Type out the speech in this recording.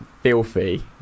filthy